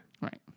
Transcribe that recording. Right